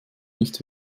nicht